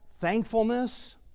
thankfulness